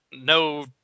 No